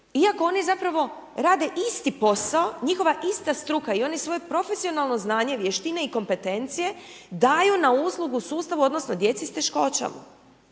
iako oni zapravo rade isti posao, njihova ista struka, i oni svoje profesionalno znanje, vještine i kompetencije daju na uslugu sustavu odnosno djeci s teškoćama.